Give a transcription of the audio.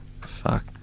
fuck